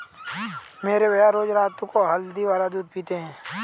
मेरे भैया रोज रात को हल्दी वाला दूध पीते हैं